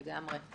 לגמרי.